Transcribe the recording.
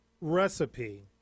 recipe